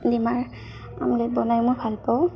dimmer omelette বনাই মই ভাল পাওঁ